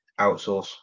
outsource